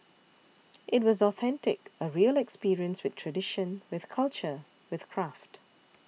it was authentic a real experience with tradition with culture with craft